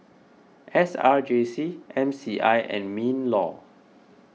S R J C M C I and MinLaw